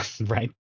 Right